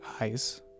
eyes